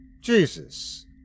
Jesus